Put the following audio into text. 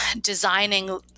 designing